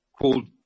called